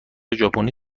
ژاپنی